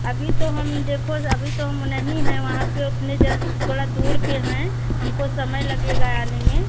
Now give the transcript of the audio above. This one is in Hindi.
अभी तो हम देखो अभी तो हम नहीं हैं वहाँ पर उतने थोड़ा दूर पर हैं हमको समय लगेगा आने में